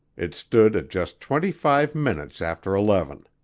it stood at just twenty-five minutes after eleven.